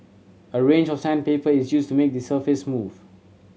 a range of sandpaper is used to make the surface smooth